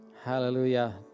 Hallelujah